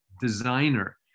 designer